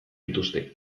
dituzte